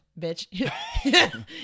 bitch